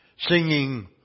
Singing